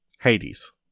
Hades